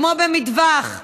כמו במטווח,